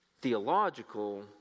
theological